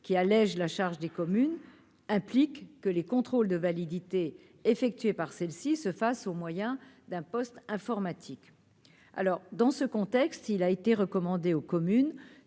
qui allège la charge des communes implique que les contrôles de validité effectué par celle-ci se fasse au moyen d'un poste informatique alors dans ce contexte, il a été recommandé aux communes